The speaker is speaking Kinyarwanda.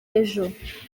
ejo